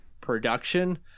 production